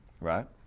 right